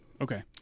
Okay